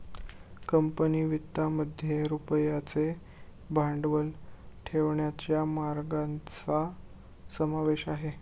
company वित्तामध्ये रुपयाचे भांडवल ठेवण्याच्या मार्गांचा समावेश आहे